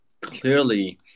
clearly